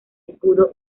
escudo